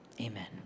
Amen